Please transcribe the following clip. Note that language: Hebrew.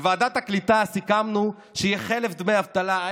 בוועדת הקליטה סיכמנו שיהיה חלף דמי אבטלה של